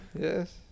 Yes